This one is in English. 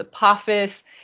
Apophis